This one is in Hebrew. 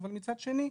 אבל מצד שני,